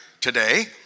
today